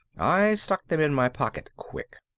i stuck them in my pocket quick.